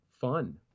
fun